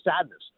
Sadness